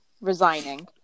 resigning